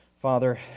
Father